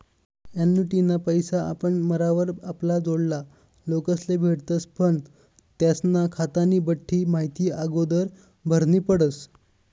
ॲन्युटीना पैसा आपण मरावर आपला जोडला लोकेस्ले भेटतस पण त्यास्ना खातानी बठ्ठी माहिती आगोदर भरनी पडस